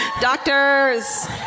Doctors